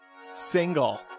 single